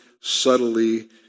subtly